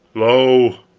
lo,